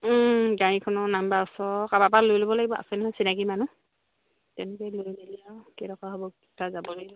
গাড়ীখনৰ নাম্বাৰ ওচৰৰ ক'ৰবাৰপৰা লৈ ল'ব লাগিব আছে নহয় চিনাকি মানুহ তেনেকৈ লৈ মেলি আৰু কেইটকা হ'ব কটা যাব লাগিব